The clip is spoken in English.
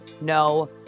no